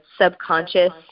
subconscious